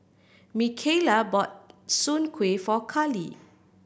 Micaela bought Soon Kueh for Karly